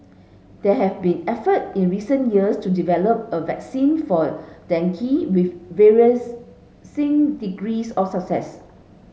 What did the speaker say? there have been effort in recent years to develop a vaccine for dengue with degrees of success